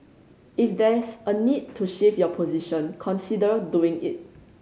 if there's a need to shift your position consider doing it